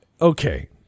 Okay